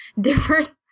different